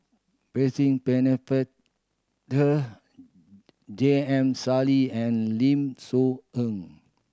Percy Pennefather J M Sali and Lim Soo Ngee